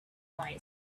arise